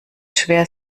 schwer